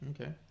okay